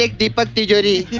like deepak tijori.